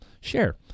Share